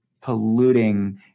polluting